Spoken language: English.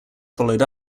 followed